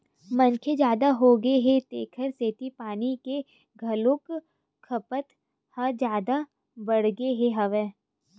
मनखे जादा होगे हे तेखर सेती पानी के घलोक खपत ह जादा बाड़गे गे हवय